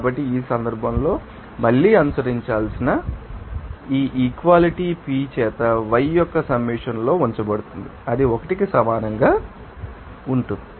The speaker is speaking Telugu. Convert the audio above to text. కాబట్టి ఈ సందర్భంలో మళ్ళీ అనుసరించాల్సిన ఈ ఈక్వాలిటీ Pi చేత y యొక్క సమ్మేషన్ లో ఉంచబడుతుంది అది 1 కి సమానంగా ఉంటుంది